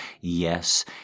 yes